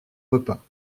repas